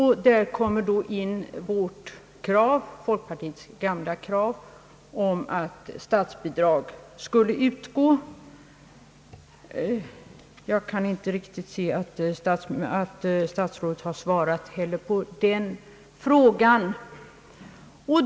Här kommer då in folkpartiets gamla krav om att statsbidrag skulle utgå. Jag kan inte finna att statsrådet berört den frågan.